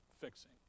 fixing